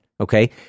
okay